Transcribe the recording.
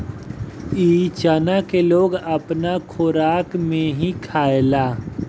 इ चना के लोग अपना खोराक में भी खायेला